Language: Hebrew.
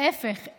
להפך,